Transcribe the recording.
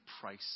price